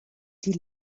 die